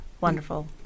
wonderful